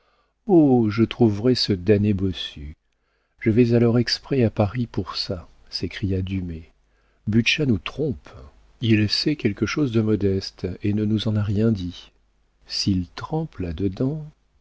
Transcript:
je trouverai ce damné bossu je vais alors exprès à paris pour ça s'écria dumay butscha nous trompe il sait quelque chose de modeste et ne nous en a rien dit s'il trempe là-dedans